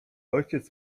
ojciec